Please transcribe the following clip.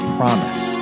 promise